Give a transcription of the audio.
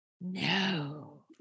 no